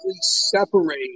separate